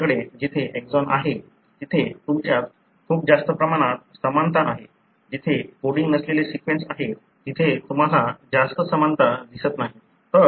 तुमच्याकडे जिथे एक्सॉन आहे तिथे तुमच्यात खूप जास्त प्रमाणात समानता आहे जिथे कोडिंग नसलेले सीक्वेन्स आहे तिथे तुम्हाला जास्त समानता दिसत नाही